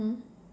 mmhmm